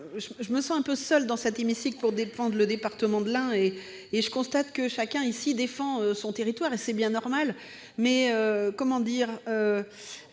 Je me sens un peu seule, dans cet hémicycle, pour défendre le département de l'Ain ; je constate que chacun, ici, défend son territoire- c'est bien normal. Mais vous comprendrez